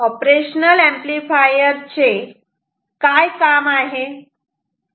operational amplifier चे काय काम आहे